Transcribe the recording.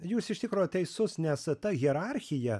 jūs iš tikro teisus nes ta hierarchija